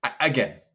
Again